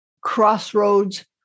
crossroads